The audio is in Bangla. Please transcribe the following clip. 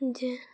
যে